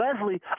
Leslie